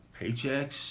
Paychecks